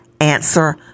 answer